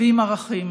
ועם ערכים.